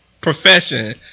profession